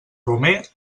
romer